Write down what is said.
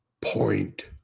point